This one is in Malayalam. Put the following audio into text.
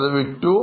അത് വിറ്റു